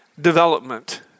development